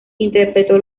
interpretó